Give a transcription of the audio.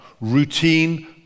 Routine